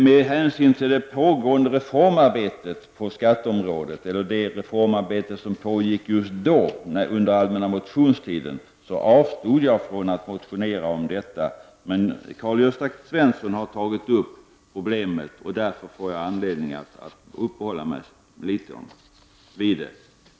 Med hänsyn till det reformarbete som pågick på skatteområdet under allmänna motionstiden avstod jag från att motionera om detta, men Karl-Gösta Svenson har tagit upp problemet. Därför får jag anledning att uppehålla mig något vid detta.